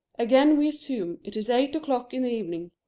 again we assume it is eight o'clock in the evening,